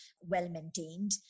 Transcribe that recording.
well-maintained